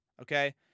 okay